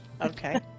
Okay